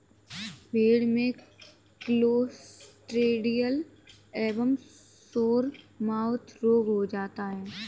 भेड़ में क्लॉस्ट्रिडियल एवं सोरमाउथ रोग हो जाता है